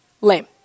lame